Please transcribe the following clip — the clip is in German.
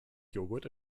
joghurt